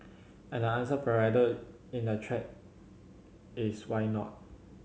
and the answer provided in the thread is why not